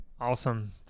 Awesome